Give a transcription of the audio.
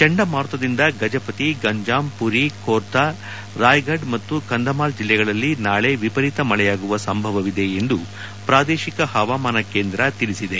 ಚಂಡಮಾರುತದಿಂದ ಗಜಪತಿ ಗಂಜಾಮ್ ಪುರಿ ಖೋರ್ದಾ ರಾಯಫಡ ಮತ್ತು ಕಂಧಮಾಲ್ ಜಿಲ್ಲೆಗಳಲ್ಲಿ ನಾಳೆ ವಿಪರೀತ ಮಳೆಯಾಗುವ ಸಂಭವವಿದೆ ಎಂದು ಪ್ರಾದೇಶಿಕ ಹವಾಮಾನ ಕೇಂದ್ರ ತಿಳಿಸಿದೆ